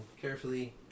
carefully